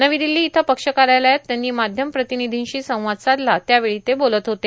नवी दिल्ली इथं पक्ष कार्यालयात त्यांनी माध्यम प्रतिनिधींशी संवाद साधला त्यावेळी ते बोलत होते